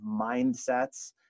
mindsets